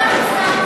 לא ארצה,